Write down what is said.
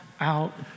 out